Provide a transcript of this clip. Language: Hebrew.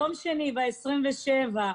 ביום שני, ב-27 לחודש.